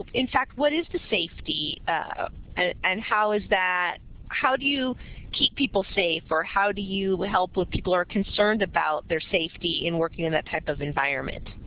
in fact what is the safety and how is that how do you keep people safe or how do you help with people that are concerned about their safety in working in that type of environment?